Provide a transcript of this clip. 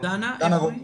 דנה רוטשילד.